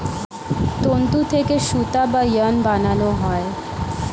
তন্তু থেকে সুতা বা ইয়ার্ন বানানো হয়